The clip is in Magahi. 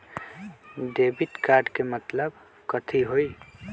डेबिट कार्ड के मतलब कथी होई?